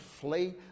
flee